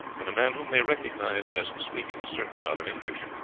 and a man whom they recognized as speaking a certain amount of english.